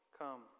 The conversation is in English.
come